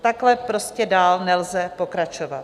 Takhle prostě dál nelze pokračovat.